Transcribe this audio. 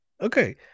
Okay